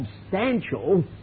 substantial